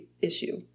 issue